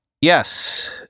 Yes